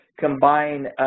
combine